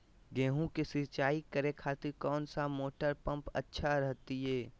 गेहूं के सिंचाई करे खातिर कौन सा मोटर पंप अच्छा रहतय?